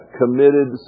committed